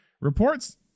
Reports